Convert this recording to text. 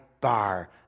bar